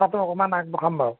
কামটো অকণমান আগ বঢ়াম বাৰু